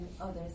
others